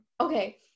okay